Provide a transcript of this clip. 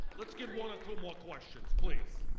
letis get one or two more questions please.